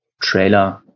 trailer